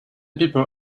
people